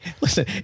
Listen